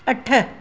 अठ